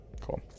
cool